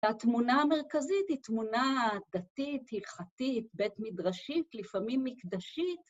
התמונה המרכזית היא תמונה דתית, הלכתית, בית מדרשית, לפעמים מקדשית.